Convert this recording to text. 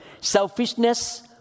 Selfishness